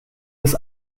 des